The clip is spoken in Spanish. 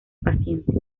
paciente